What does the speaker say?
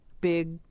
big